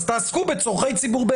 אז תעסקו בצורכי ציבור,